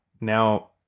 now